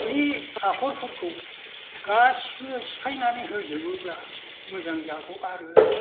बे आख'रफोरखौ गासिबो सिफायनानै होजोबोब्ला मोजां जागौ आरो